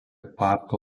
parko